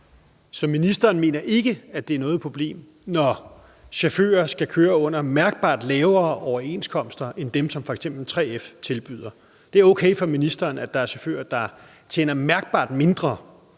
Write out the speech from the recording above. Så ministeren mener ikke, at det er noget problem, når chauffører skal køre under mærkbart ringere overenskomster end dem, som f.eks. 3F tilbyder? Det er okay for ministeren, at der er chauffører, der tjener mærkbart mindre,